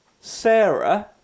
Sarah